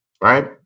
Right